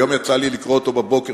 היום יצא לי לקרוא אותו בבוקר,